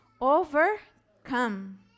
overcome